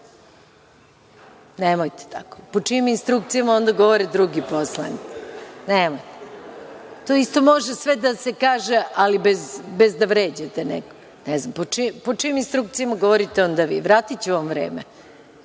Nemojte tako. Po čijim instrukcijama onda govore drugi poslanici? Nemojte. To isto može sve da se kaže, ali bez da vređate nekog. Po čijim instrukcijama govorite onda vi? Vratiću vam vreme. Ne,